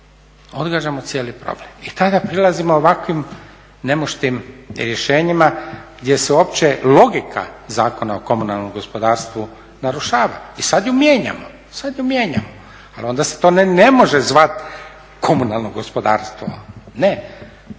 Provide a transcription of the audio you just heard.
odgađamo cijeli problem i tada prilazimo ovakvim nemuštim rješenjima gdje se uopće logika Zakona o komunalnom gospodarstvu narušava i sad ju mijenjamo. Ali onda se to ne može zvati komunalno gospodarstvo, ne.